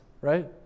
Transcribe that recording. Right